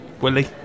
Willie